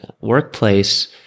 workplace